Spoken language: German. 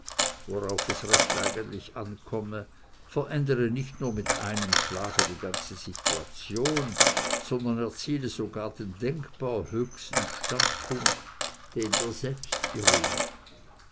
worauf es recht eigentlich ankomme verändere nicht nur mit einem schlage die ganze situation sondern erziele sogar den denkbar höchsten standpunkt den der